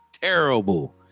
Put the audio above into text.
terrible